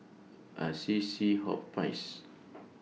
Assisi Hospice